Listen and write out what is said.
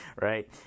right